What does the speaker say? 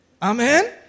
Amen